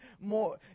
more